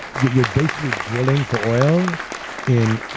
you're you're basically drilling for oil in